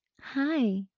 Hi